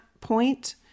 point